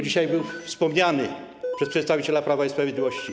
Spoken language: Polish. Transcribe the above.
Dzisiaj był wspomniany przez przedstawiciela Prawa i Sprawiedliwości.